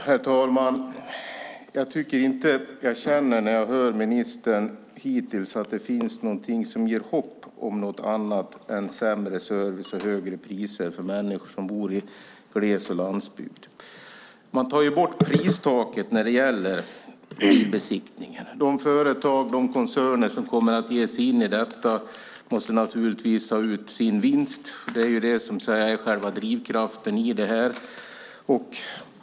Herr talman! När jag hör ministern känner jag inget hopp om annat än sämre service och högre priser för människor som bor i gles och landsbygd. Man tar bort pristaket för besiktning. De företag och koncerner som ger sig in i detta måste naturligtvis ha ut sin vinst; det är själva drivkraften i detta.